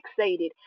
fixated